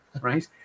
right